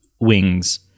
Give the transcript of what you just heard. wings